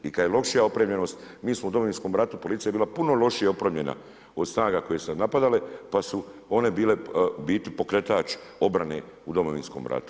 I kada je lošija opremljenost, mi smo u Domovinskom ratu, policija je bila puno lošije opremljena od snaga koje su napadale, pa su one bile u biti pokretač obrane u Domovinskom ratu.